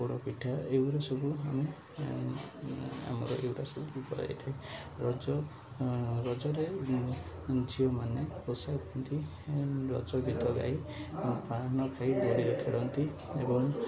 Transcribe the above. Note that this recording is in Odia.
ପୋଡ଼ ପିଠା ଏଗୁଡ଼ା ସବୁ ଆମେ ଆମର ଏଗୁଡ଼ା କରାଯାଇଥାଏ ରଜ ରଜରେ ଝିଅମାନେ ପୋଷାକ ପିନ୍ଧନ୍ତି ରଜ ଗୀତ ଗାଇ ପାନ ଖାଇ ଦୋଳିରେ ଖେଳନ୍ତି ଏବଂ